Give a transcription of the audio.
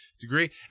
degree